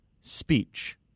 speech